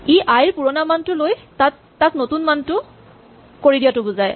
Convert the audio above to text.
ই আই ৰ পুৰণা মানটো লৈ তাক নতুন মানটো কৰি দিয়াটো বুজায়